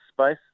space